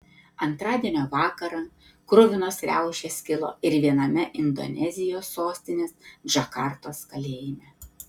antradienio vakarą kruvinos riaušės kilo ir viename indonezijos sostinės džakartos kalėjime